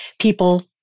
people